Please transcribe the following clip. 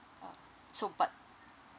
oh so but